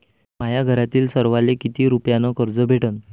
माह्या घरातील सर्वाले किती रुप्यान कर्ज भेटन?